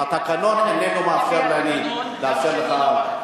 והתקנון איננו מאפשר לי לאפשר לך.